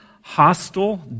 hostile